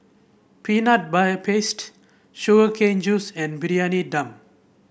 Peanut Paste Sugar Cane Juice and Briyani Dum